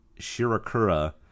Shirakura